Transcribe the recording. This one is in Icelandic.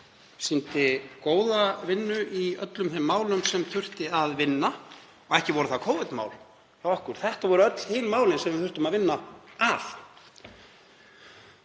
sýndi góða vinnu í öllum þeim málum sem þurfti að vinna og ekki voru það Covid-mál hjá okkur. Þetta voru öll hin málin sem við þurftum að vinna að.